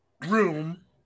room